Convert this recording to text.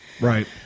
right